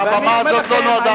הבמה הזאת לא נועדה,